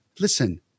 Listen